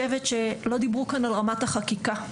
לא דיברו כאן על רמת החקיקה.